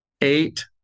Eight